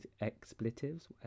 expletives